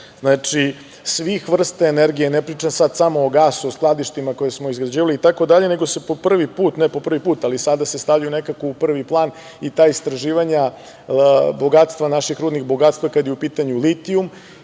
znači, svih vrsta energije, ne pričam sada samo o gasu, o skladištima koja smo izgrađivali, nego se po prvi put, ne po prvi put, ali sada se stavljaju nekako u prvi plan i ta istraživanja naših rudnih bogatstava kada je u pitanju litijum